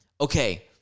Okay